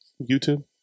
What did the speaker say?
YouTube